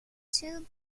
two